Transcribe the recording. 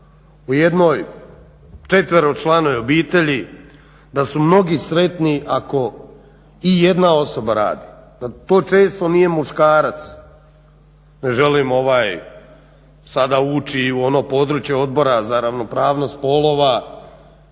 u jednoj četveročlanoj obitelji da su mnogi sretni ako i jedna osoba radi, da to često nije muškarac. Ne želim sada ući i u ono područje Odbora za ravnopravnost spolova,